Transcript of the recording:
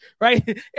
right